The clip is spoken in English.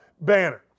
banner